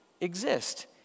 exist